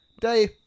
Day